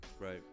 right